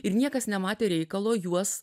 ir niekas nematė reikalo juos